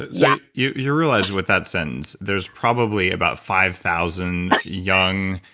yeah you you realize with that sentence there's probably about five thousand young,